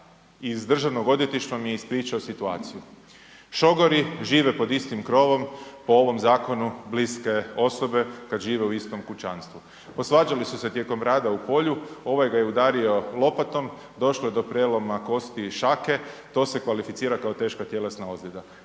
iz državnog odvjetništva mi je ispričao situaciju. Šogori žive pod istim krovom, po ovom zakonu, bliske osobe kad žive u istom kućanstvu. Posvađali su se tijekom rada u polju, ovaj ga je udario lopatom, došlo je do prijeloma kosti šake, to se kvalificira kao teška tjelesna ozljeda.